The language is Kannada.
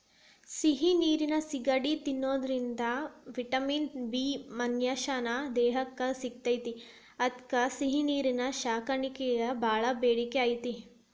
ಸಿಹಿ ನೇರಿನ ಸಿಗಡಿ ತಿನ್ನೋದ್ರಿಂದ ವಿಟಮಿನ್ ಬಿ ಮನಶ್ಯಾನ ದೇಹಕ್ಕ ಸಿಗ್ತೇತಿ ಅದ್ಕ ಸಿಹಿನೇರಿನ ಸಾಕಾಣಿಕೆಗ ಬಾಳ ಬೇಡಿಕೆ ಐತಿ